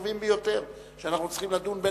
אלה הדברים החשובים ביותר שאנחנו צריכים לדון בינינו,